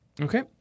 Okay